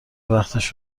وقتش